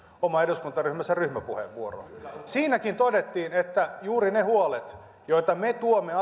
oman eduskuntaryhmänsä ryhmäpuheenvuoroa siinäkin todettiin että juuri ne huolet joita me tuomme